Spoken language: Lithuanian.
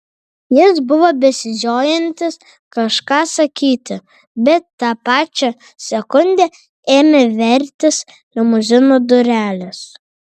jis buvo besižiojantis kažką sakyti bet tą pačią sekundę ėmė vertis limuzino durelės